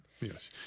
Yes